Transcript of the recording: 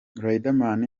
riderman